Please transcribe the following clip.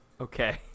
Okay